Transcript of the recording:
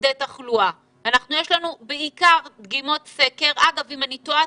במוקדי תחלואה ויש לנו בעיקר דגימות סקר אם אני טועה,